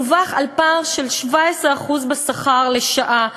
מדווח על פער של 17% בשכר לשעה,